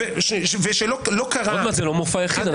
זה לא מופע יחיד.